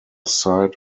side